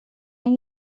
این